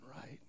right